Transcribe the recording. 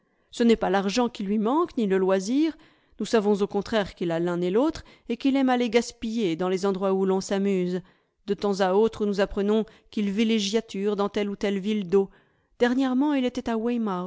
ce n'est pas l'argent qui lui manque ni le loisir nous savons au contraire qu'il a l'un et l'autre et qu'il aime à les gaspiller dans les endroits où l'on s'amuse de temps à autre nous apprenons qu'il villégiature dans telle ou telle ville d'eau dernièrement il était à